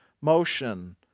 motion